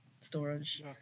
storage